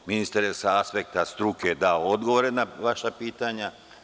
Ministar je sa aspekta struke dao odgovore na vaša pitanja.